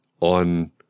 on –